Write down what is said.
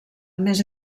més